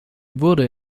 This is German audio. wurde